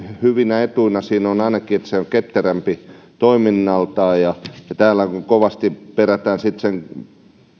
hyvinä etuina siinä on ainakin että se on ketterämpi toiminnaltaan täällä kovasti perätään sen